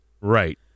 Right